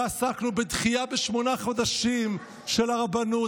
ועסקנו בדחייה בשמונה חודשים של הרבנות,